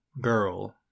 girl